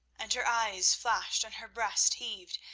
and her eyes flashed and her breast heaved,